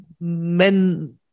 men